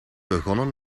begonnen